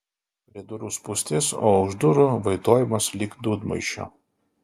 prie durų spūstis o už durų vaitojimas lyg dūdmaišio